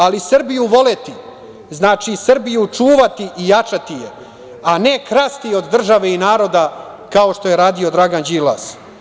Ali, Srbiju voleti znači Srbiju čuvati i jačati je, a ne krasti od države i naroda, kao što je radio Dragan Đilas.